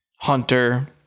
Hunter